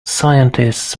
scientists